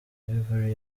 yverry